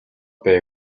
бай